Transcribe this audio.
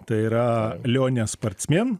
tai yra lionia sparcmėn